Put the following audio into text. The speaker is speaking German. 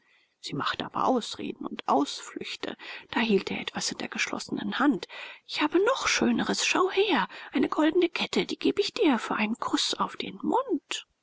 sie machte aber ausreden und ausflüchte da hielt er etwas in der geschlossenen hand ich habe noch schöneres schau her eine goldene kette die geb ich dir für einen kuß auf den mund